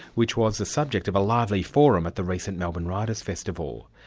which was the subject of a lively forum at the recent melbourne writers' festival.